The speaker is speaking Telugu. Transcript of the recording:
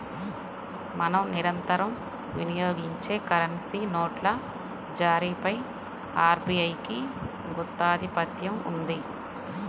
మనం నిరంతరం వినియోగించే కరెన్సీ నోట్ల జారీపై ఆర్బీఐకి గుత్తాధిపత్యం ఉంది